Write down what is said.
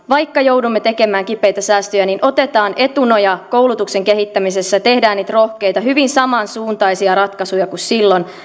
vaikka joudumme tekemään kipeitä säästöjä niin otetaan etunoja koulutuksen kehittämisessä ja tehdään niitä rohkeita hyvin samansuuntaisia ratkaisuja kuin silloin